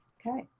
okay,